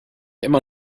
immer